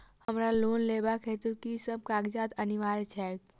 हमरा लोन लेबाक हेतु की सब कागजात अनिवार्य छैक?